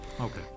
Okay